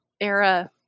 era